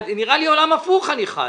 נראה לי שבעולם הפוך אני חי.